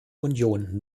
union